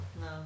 No